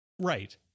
right